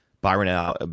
Byron